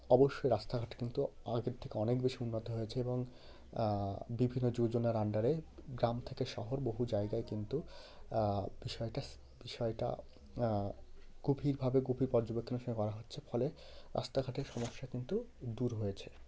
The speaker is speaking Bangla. অবশ্যই রাস্তাঘাট কিন্তু আগের থেকে অনেক বেশি উন্নত হয়েছে এবং বিভিন্ন যোজনার আন্ডারে গ্রাম থেকে শহর বহু জায়গায় কিন্তু বিষয়টা সি বিষয়টা গভীরভাবে গভীর পর্যবেক্ষণের সঙ্গে করা হচ্ছে ফলে রাস্তাঘাটের সমস্যা কিন্তু দূর হয়েছে